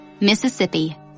Mississippi